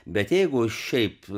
bet jeigu šiaip